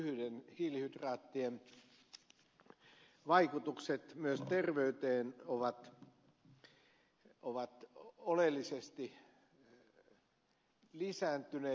lyhyiden hiilihydraattien vaikutukset myös terveyteen ovat oleellisesti lisääntyneet